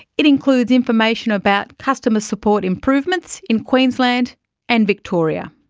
it includes information about customer support improvements in queensland and victoria.